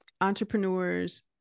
entrepreneurs